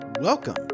Welcome